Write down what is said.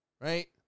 right